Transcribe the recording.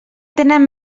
tenen